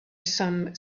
some